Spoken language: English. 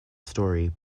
story